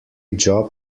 job